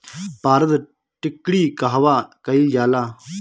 पारद टिक्णी कहवा कयील जाला?